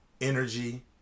energy